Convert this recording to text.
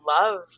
love